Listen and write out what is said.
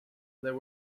there